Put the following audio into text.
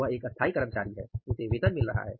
वह एक स्थायी कर्मचारी है उसे वेतन मिल रहा है